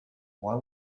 why